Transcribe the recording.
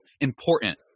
important